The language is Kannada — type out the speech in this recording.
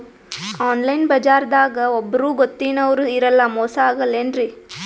ಆನ್ಲೈನ್ ಬಜಾರದಾಗ ಒಬ್ಬರೂ ಗೊತ್ತಿನವ್ರು ಇರಲ್ಲ, ಮೋಸ ಅಗಲ್ಲೆನ್ರಿ?